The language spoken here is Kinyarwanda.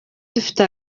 dufite